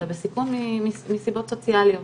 אלא בסיכון מסיבות סוציאליות,